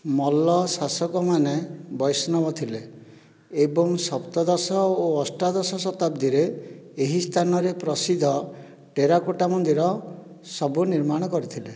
ମଲ୍ଲ ଶାସକମାନେ ବୈଷ୍ଣବ ଥିଲେ ଏବଂ ସପ୍ତଦଶ ଓ ଅଷ୍ଟାଦଶ ଶତାବ୍ଦୀରେ ଏହି ସ୍ଥାନରେ ପ୍ରସିଦ୍ଧ ଟେରାକୁଟା ମନ୍ଦିର ସବୁ ନିର୍ମାଣ କରିଥିଲେ